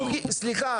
שהם --- סליחה,